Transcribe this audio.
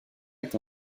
est